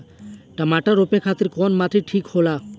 टमाटर रोपे खातीर कउन माटी ठीक होला?